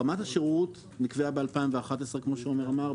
רמת השירות נקבעה ב-2011, כמו שעומר אמר.